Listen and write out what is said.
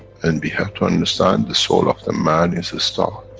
and we have to understand, the soul of the man is a star